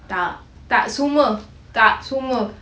tak tak semua tak semua